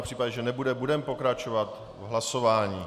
V případě, že nebude, budeme pokračovat v hlasování.